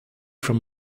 from